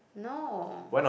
no